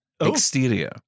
exterior